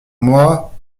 moi